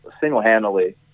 single-handedly